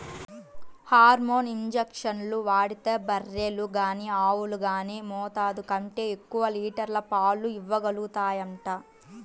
hormone ఇంజక్షన్లు వాడితే బర్రెలు గానీ ఆవులు గానీ మోతాదు కంటే ఎక్కువ లీటర్ల పాలు ఇవ్వగలుగుతాయంట